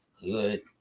good